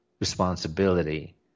responsibility